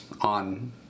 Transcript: on